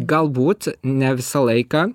galbūt ne visą laiką